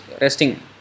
resting